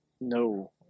No